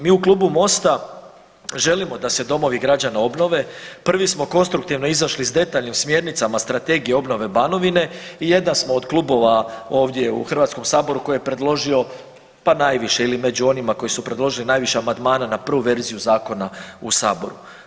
Mi u klubu Mosta želimo da se domovi građana obnove, prvi smo konstruktivno izašli s detaljnim smjernicama Strategije obnove Banovine i jedan smo od klubova ovdje u HS-u koji je predložio pa najviše ili među onima koji su predložili najviše amandmana na prvu verziju zakona u saboru.